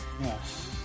Yes